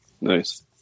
Nice